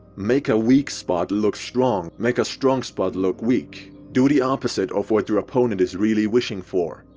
make a weak spot look strong, make a strong spot look weak. do the opposite of what your opponent is really wishing for.